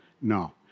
No